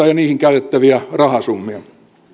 ja niihin käytettäviä rahasummia